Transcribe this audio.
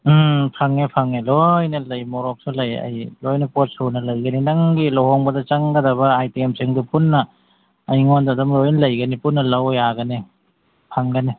ꯎꯝ ꯐꯪꯉꯦ ꯐꯪꯉꯦ ꯂꯣꯏꯅ ꯂꯩ ꯃꯣꯔꯣꯛꯁꯨ ꯂꯩ ꯑꯩ ꯂꯣꯏꯅ ꯄꯣꯠ ꯁꯨꯅ ꯂꯩꯒꯅꯤ ꯅꯪꯒꯤ ꯂꯨꯍꯣꯡꯕꯗ ꯆꯪꯒꯗꯕ ꯑꯥꯏꯇꯦꯝꯁꯤꯡꯗꯨ ꯄꯨꯟꯅ ꯑꯩꯉꯣꯟꯗ ꯑꯗꯨꯝ ꯂꯣꯏ ꯂꯩꯒꯅꯤ ꯄꯨꯟꯅ ꯂꯧ ꯌꯥꯒꯅꯤ ꯐꯪꯒꯅꯤ